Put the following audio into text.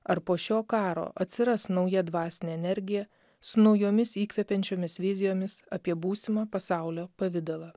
ar po šio karo atsiras nauja dvasinė energija su naujomis įkvepiančiomis vizijomis apie būsimą pasaulio pavidalą